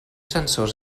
sensors